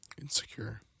Insecure